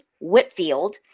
Whitfield